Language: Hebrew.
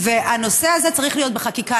והנושא הזה צריך להיות בחקיקה.